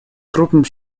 крупным